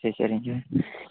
சரி சரிங்க